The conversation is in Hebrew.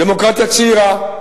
דמוקרטיה צעירה,